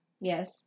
yes